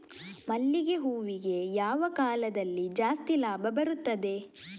ಮಲ್ಲಿಗೆ ಹೂವಿಗೆ ಯಾವ ಕಾಲದಲ್ಲಿ ಜಾಸ್ತಿ ಲಾಭ ಬರುತ್ತದೆ?